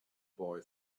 boy